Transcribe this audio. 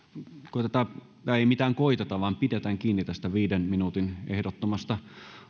koetetaan tai ei mitään koeteta vaan pidetään kiinni tästä viiden minuutin ehdottomasta